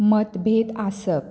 मतभेद आसप